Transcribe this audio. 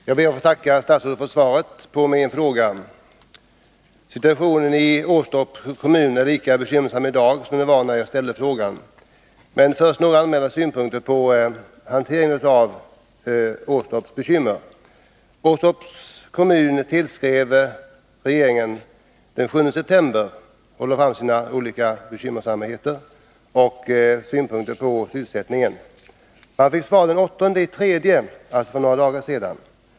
Herr talman! Jag ber att få tacka statsrådet för svaret på min fråga. Situationen i Åstorps kommun är lika bekymmersam i dag som den var när jag ställde frågan. Men först några allmänna synpunkter på hanteringen av Åstorps bekymmer. Åstorps kommun tillskrev regeringen den 7 september 1981. Kommunen lade då fram sina problem och sina synpunkter på sysselsättningen. Man fick svar den 8 mars, alltså i går.